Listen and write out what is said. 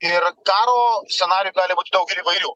ir karo scenarijų gali būti daug ir įvairių